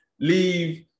leave